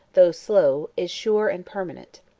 though slow, is sure and permanent.